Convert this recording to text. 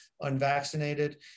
unvaccinated